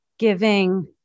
giving